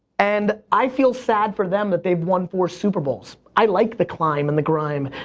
and i feel sad for them that they've won four super bowls. i like the climb and the grime,